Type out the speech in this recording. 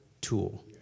tool